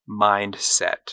mindset